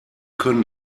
können